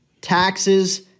taxes